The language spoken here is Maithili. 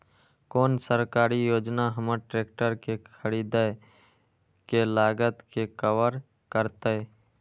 कोन सरकारी योजना हमर ट्रेकटर के खरीदय के लागत के कवर करतय?